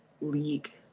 league